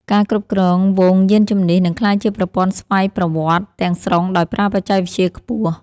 ការគ្រប់គ្រងហ្វូងយានជំនិះ នឹងក្លាយជាប្រព័ន្ធស្វ័យប្រវត្តិទាំងស្រុងដោយប្រើបច្ចេកវិទ្យាខ្ពស់។